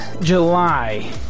July